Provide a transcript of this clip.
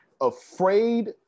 afraid